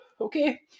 okay